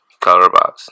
Colorbox